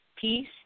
peace